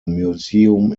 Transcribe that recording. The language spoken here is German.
museum